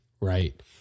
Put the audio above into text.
right